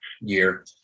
year